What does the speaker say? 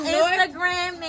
Instagram